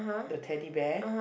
the Teddy Bear